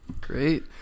Great